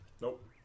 Nope